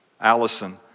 Allison